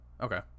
Okay